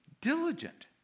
diligent